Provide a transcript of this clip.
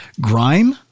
Grime